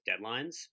deadlines